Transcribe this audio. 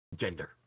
gender